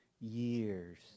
years